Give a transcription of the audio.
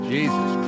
Jesus